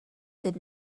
did